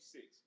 Six